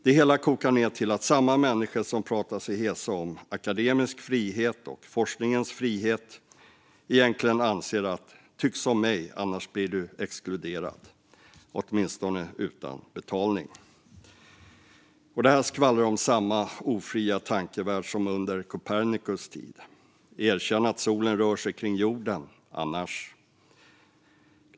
Det hela kokar ned till att samma människor som pratar sig hesa om akademisk frihet och forskningens frihet egentligen anser: Tyck som jag, annars blir du exkluderad eller åtminstone utan betalning! Det här skvallrar om samma ofria tankevärld som under Copernicus tid. Erkänn att solen rör sig kring jorden - annars .